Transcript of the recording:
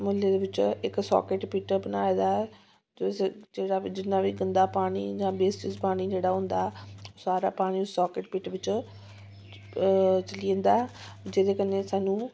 म्हल्ले दे बिच्च इक साकिट पिट बनाए दा ऐ तुस एह्दे च जिन्ना बी गंदा पानी जां वेस्टेज पानी जेह्ड़ा होंदा ऐ सारा पानी साकिट पिट बिच्च ओह् चली जंदा जेहदे कन्नै सानूं